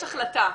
יש החלטה.